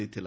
ଦେଇଥିଲା